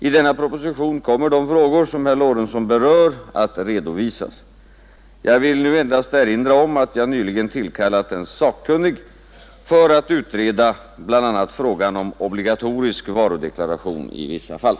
I denna proposition kommer de frågor, som herr Lorentzon berör, att redovisas. Jag vill nu endast erinra om att jag nyligen tillkallat en sakkunnig för att utreda bl.a. frågan om obligatorisk varudeklaration i vissa fall.